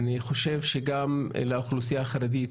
אני חושב שגם לאוכלוסייה החרדית